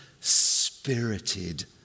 spirited